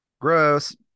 Gross